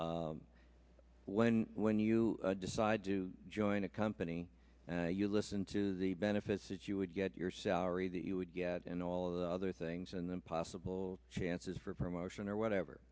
employees when when you decide to join a company you listen to the benefits that you would get your salary that you would get and all of the other things and the possible chances for promotion or whatever